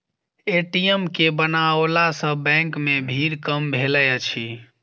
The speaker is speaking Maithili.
ए.टी.एम के बनओला सॅ बैंक मे भीड़ कम भेलै अछि